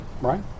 Right